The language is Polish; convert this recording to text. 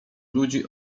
ludzi